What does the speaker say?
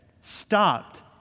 stopped